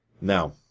Now